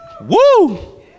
Woo